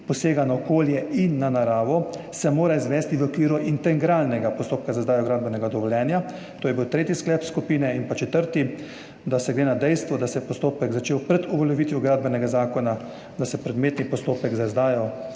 posega na okolje in naravo, se morata izvesti v okviru integralnega postopka za izdajo gradbenega dovoljenja. To je bil tretji sklep skupine. In pa četrti, glede na dejstvo, da se je postopek začel pred uveljavitvijo Gradbenega zakona, se predmetni postopek za izdajo tako